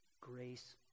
grace